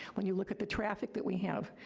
when you look at the traffic that we have,